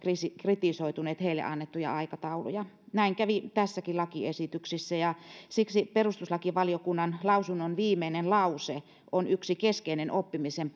kritisoineet heille annettuja aikatauluja näin kävi tässäkin lakiesityksessä ja siksi perustuslakivaliokunnan lausunnon viimeinen lause on yksi keskeinen oppimisen